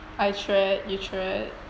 I tread you tread